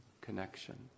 connection